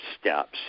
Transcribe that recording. steps